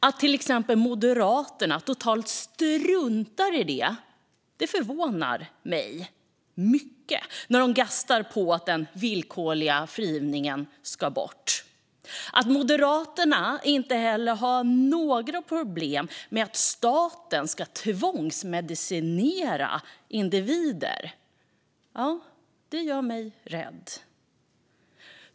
Att till exempel Moderaterna totalt struntar i den kollen förvånar mig mycket när de gastar om att den villkorliga frigivningen ska bort. Att Moderaterna inte heller har några problem med att staten ska tvångsmedicinera individer gör mig rädd.